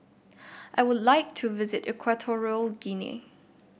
I would like to visit Equatorial Guinea